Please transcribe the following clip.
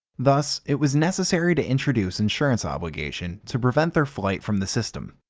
thus, it was necessary to introduce insurance obligation to prevent their flight from the system.